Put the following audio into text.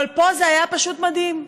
אבל פה זה היה פשוט מדהים: